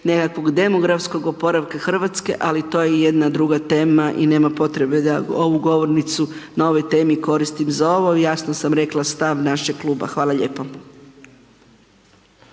nekakvog demografskog oporavka Hrvatske ali to je jedna druga tema i nema potrebe da ovu govornicu na ovoj temi koristim za ovo, jasno sam rekla stav našeg kluba, hvala lijepo.